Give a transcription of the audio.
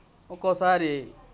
ఒక్కోసారి